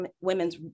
women's